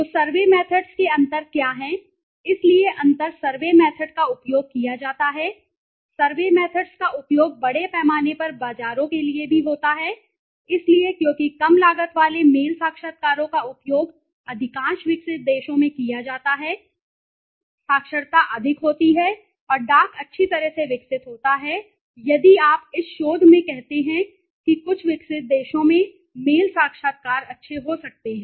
तो survey methods के अंतर क्या हैं इसलिए अंतर सर्वे मेथड का उपयोग किया जाता है सर्वे मेथड्सका उपयोग बड़े पैमाने पर बाजारों के लिए भी होता है इसलिए क्योंकि कम लागत वाले मेल साक्षात्कारों का उपयोग अधिकांश विकसित देशों में किया जाता है साक्षरता अधिक होती है और डाक अच्छी तरह से विकसित होती है यदि आप इस शोध में कहते हैं कि कुछ विकसित देशों में मेल साक्षात्कार अच्छे हो सकते हैं